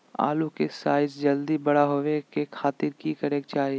आलू के साइज जल्दी बड़ा होबे के खातिर की करे के चाही?